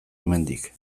hemendik